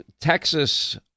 Texas